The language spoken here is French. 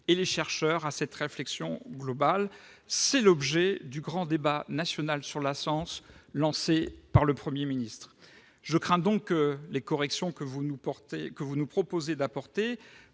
et les chercheurs à cette réflexion globale. C'est l'objet du grand débat national sur la science lancé par le Premier ministre. Je crains que les corrections que vous nous proposez d'apporter